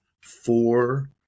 four